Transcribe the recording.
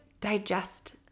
digest